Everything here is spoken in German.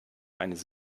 eines